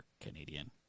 Canadian